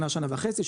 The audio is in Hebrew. שנה שנה וחצי,